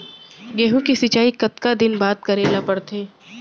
गेहूँ के सिंचाई कतका दिन बाद करे ला पड़थे?